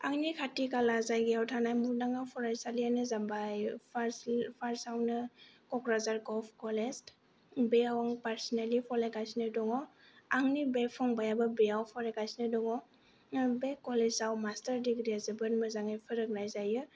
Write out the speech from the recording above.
आंनि खाथि खाला जायगायाव थानाय मुंदांखा फरायसालियानो जाबाय फार्स्टावनो कक्राझार गभ कलेज बेयाव आं पार्चनेलि फरायगासिनो दङ आंनि बे फंबायाबो बेयाव फरायगासिनो दङ' बे कलेजाव मास्टार दिग्रीआ जोबोर मोजाङै फोरोंनाय जायो